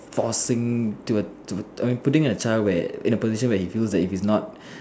forcing I mean putting a child where in a position where if it's not